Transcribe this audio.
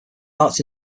arts